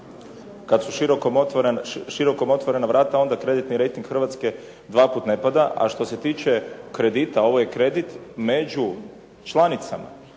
Kada su širom otvorena vrata onda kreditni rejting Hrvatske dva puta ne pada, a što se tiče kredita, a ovo je kredit, među članicama,